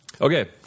Okay